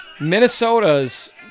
minnesota's